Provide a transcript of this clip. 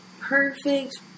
Perfect